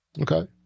Okay